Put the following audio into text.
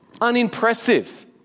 unimpressive